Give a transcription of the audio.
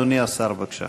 אדוני השר, בבקשה.